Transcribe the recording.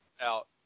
out